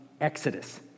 exodus